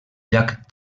llac